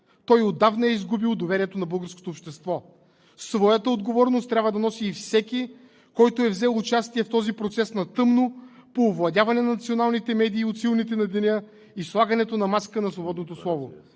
Той отдавна е изгубил доверието на българското общество. Своята отговорност трябва да носи и всеки, който е взел участие в този процес на тъмно по овладяване на националните медии от силните на деня и слагането на маска на свободното слово.